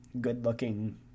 good-looking